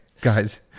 guys